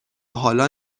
حالا